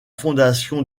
fondation